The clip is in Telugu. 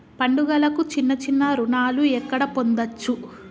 పండుగలకు చిన్న చిన్న రుణాలు ఎక్కడ పొందచ్చు?